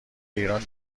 ایران